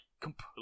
completely